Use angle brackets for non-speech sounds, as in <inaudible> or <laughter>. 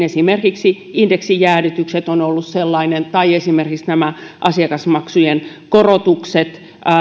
<unintelligible> esimerkiksi indeksijäädytykset ovat olleet sellainen toimenpide tai esimerkiksi asiakasmaksujen korotukset